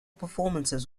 performances